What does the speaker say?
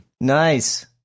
Nice